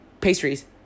pastries